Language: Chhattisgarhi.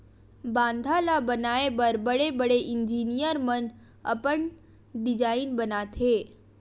बांधा ल बनाए बर बड़े बड़े इजीनियर मन अपन डिजईन बनाथे